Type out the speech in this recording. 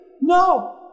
No